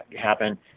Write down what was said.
happen